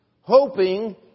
hoping